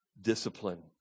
discipline